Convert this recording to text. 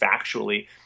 factually